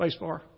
Spacebar